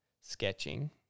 sketching